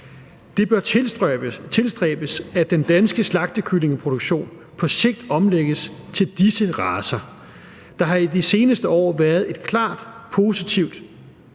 Det bør tilstræbes, at den danske slagtekyllingeproduktion på sigt omlægges til disse racer. Der har i de seneste år været en klart positiv